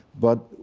but,